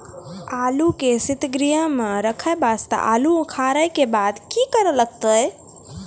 आलू के सीतगृह मे रखे वास्ते आलू उखारे के बाद की करे लगतै?